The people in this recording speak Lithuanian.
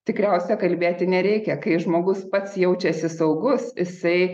tikriausia kalbėti nereikia kai žmogus pats jaučiasi saugus jisai